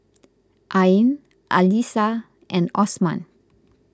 Ain Alyssa and Osman